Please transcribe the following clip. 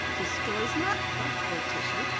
destroys, not healthful tissue,